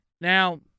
Now